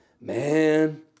man